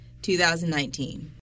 2019